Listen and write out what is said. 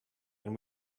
and